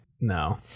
No